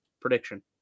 Prediction